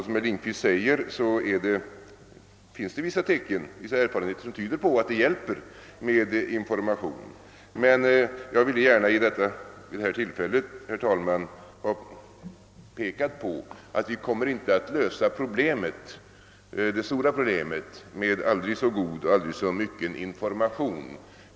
Som herr Lindkvist säger finns det vissa erfarenheter som tyder på att det hjälper med ökad upplysning, men jag ville gärna vid detta tillfälle, herr talman, peka på att vi inte kommer att kunna lösa det stora problemet med aldrig så god eller aldrig så omfattande information.